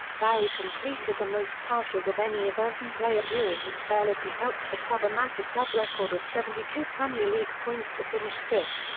barry completed the most passes of any everton player during his spell as he helped the club amass a club record of seventy two premier league points to finish fifth.